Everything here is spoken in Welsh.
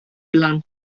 blant